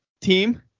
team